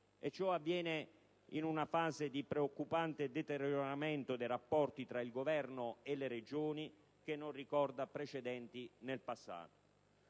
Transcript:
ciò avviene in una fase di preoccupante deterioramento dei rapporti tra il Governo e le Regioni che non ricorda precedenti nel passato.